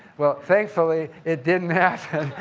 well, thankfully, it didn't happen.